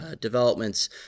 developments